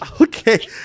okay